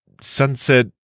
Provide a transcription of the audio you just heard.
sunset